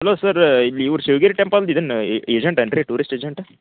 hello sir ಇಲ್ಲಿ ಇವ್ರು Shivagiri temple ಇದನ್ನು ಏಜೆಂಟೇನ್ರಿ ಟೂರಿಸ್ಟ್ ಏಜೆಂಟ